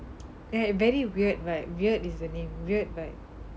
like very weird but weird isn't it weird but